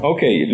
Okay